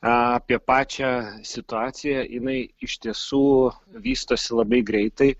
apie pačią situaciją jinai iš tiesų vystosi labai greitai